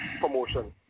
promotion